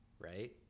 right